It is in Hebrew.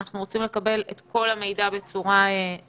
אנחנו רוצים לקבל את כל המידע בצורה מפורטת.